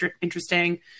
interesting